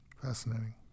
Fascinating